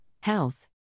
Health